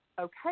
okay